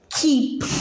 keep